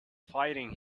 fighting